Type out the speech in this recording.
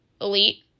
elite